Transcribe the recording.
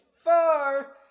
far